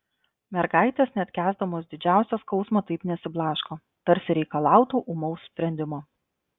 mergaitės net kęsdamos didžiausią skausmą taip nesiblaško tarsi reikalautų ūmaus sprendimo